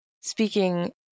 speaking